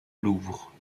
louvre